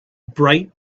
bright